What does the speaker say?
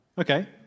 Okay